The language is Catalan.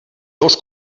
dos